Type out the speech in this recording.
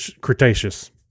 Cretaceous